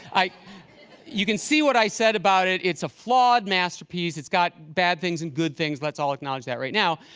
you can see what i said about it. it's a flawed masterpiece. it's got bad things and good things. lets all acknowledge that right now.